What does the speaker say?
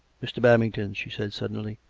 mr. babington, she said suddenly.